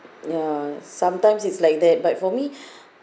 ya sometimes it's like that but for me